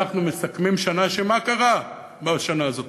אנחנו מסכמים שנה, ומה קרה בשנה הזאת?